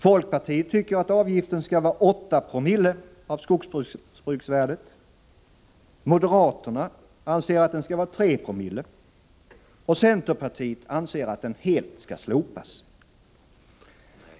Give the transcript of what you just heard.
Folkpartiet tycker att avgiften skall vara 8 Zoo av skogsbruksvärdet, moderaterna anser att den skall vara 3 Ko, och centerpartiet anser att den helt skall slopas.